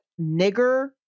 nigger